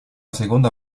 seconda